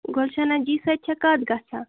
گُلشَنا جی سۭتۍ چھا کَتھ گَژھان